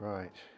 Right